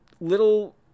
little